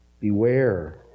Beware